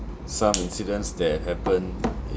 some incidents that happened in